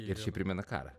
ir šiaip primena karą